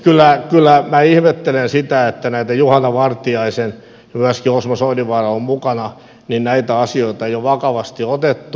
kyllä minä ihmettelen sitä että näitä juhana vartiaisen ja myöskin osmo soininvaara on mukana asioita ei ole vakavasti otettu